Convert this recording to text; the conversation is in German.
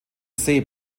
see